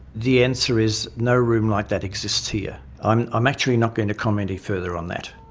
the answer is no room like that exists here. i'm um actually not going to comment any further on that.